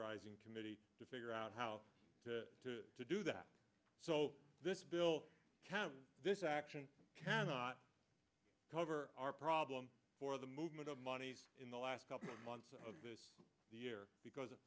zing committee to figure out how to do that so this bill this action cannot cover our problem for the movement of money in the last couple of months of this year because